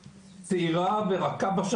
ל-83'